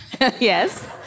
Yes